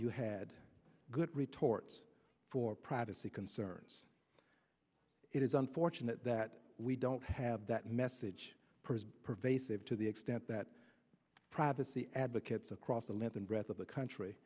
you had a good retort for privacy concerns it is unfortunate that we don't have that message pervasive to the extent that privacy advocates across the length and breadth of the country